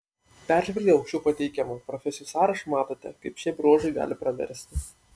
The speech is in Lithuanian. peržvelgę aukščiau pateikiamą profesijų sąrašą matote kaip šie bruožai gali praversti